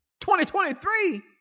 2023